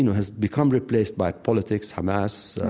you know has become replaced by politics, hamas,